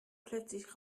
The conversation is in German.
plötzlich